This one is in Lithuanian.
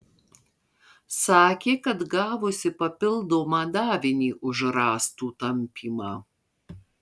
sakė kad gavusi papildomą davinį už rąstų tampymą